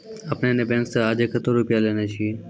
आपने ने बैंक से आजे कतो रुपिया लेने छियि?